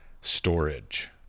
Storage